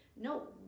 no